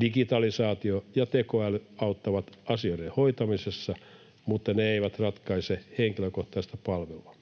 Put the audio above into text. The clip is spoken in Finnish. Digitalisaatio ja tekoäly auttavat asioiden hoitamisessa, mutta ne eivät ratkaise henkilökohtaista palvelua.